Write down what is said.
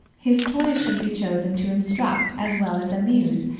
his toys should be chosen to instruct as well as amuse,